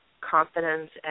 confidence